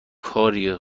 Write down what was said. کاریه